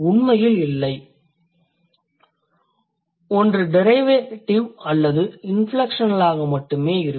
உண்மையில் இல்லை ஒன்று டிரைவேடிவ் அல்லது இன்ஃப்லெக்ஷனலாக மட்டுமே இருக்கும்